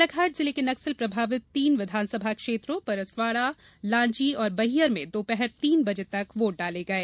बालाघाट जिले के नक्सल प्रभावित तीन विधानसभा क्षेत्रों परसवाडा लांजी और बैहर में दोपहर तीन बजे तक वोट डाले गये